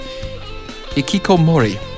Ikikomori